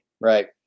right